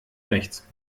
rechts